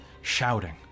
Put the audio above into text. shouting